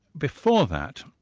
before that,